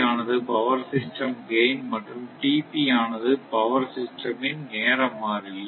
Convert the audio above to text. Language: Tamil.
ஆனது பவர் சிஸ்டம் கைன் மற்றும் ஆனது பவர் சிஸ்டம் இன் நேர மாறிலி